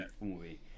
movie